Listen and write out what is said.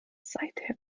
seither